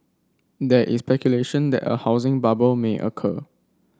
there is speculation that a housing bubble may occur